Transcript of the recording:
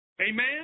Amen